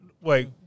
Wait